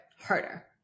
harder